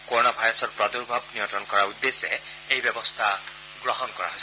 corona ভাইৰাছৰ প্ৰাদুৰ্ভাৱ নিয়ন্ত্ৰণ কৰাৰ উদ্দেশ্যে এই ব্যৱস্থা গ্ৰহণ কৰা হৈছে